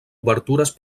obertures